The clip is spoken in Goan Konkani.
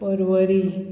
परवरी